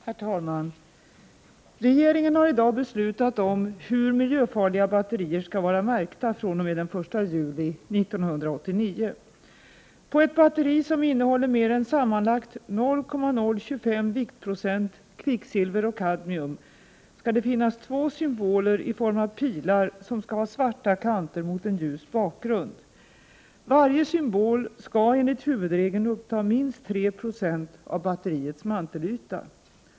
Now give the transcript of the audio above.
Herr talman! Regeringen har i dag beslutat om hur miljöfarliga batterier skall vara märkta fr.o.m. den 1 juli 1989. På ett batteri som innehåller mer än sammanlagt 0,025 viktprocent kvicksilver och kadmium skall det finnas två symboler i form av pilar som skall ha svarta kanter mot en ljus bakgrund. Varje symbol skall enligt huvudregeln uppta minst 3 96 av batteriets mantelyta.